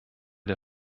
der